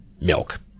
Milk